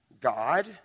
God